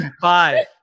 Five